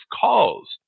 calls